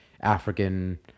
African